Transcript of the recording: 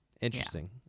Interesting